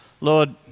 Lord